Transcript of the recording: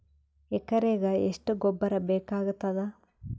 ಎಕರೆಗ ಎಷ್ಟು ಗೊಬ್ಬರ ಬೇಕಾಗತಾದ?